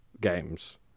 games